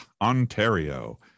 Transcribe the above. Ontario